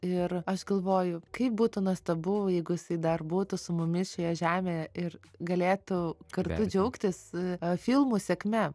ir aš galvoju kaip būtų nuostabu jeigu jisai dar būtų su mumis šioje žemėje ir galėtų kartu džiaugtis filmų sėkme